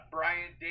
Brian